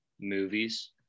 movies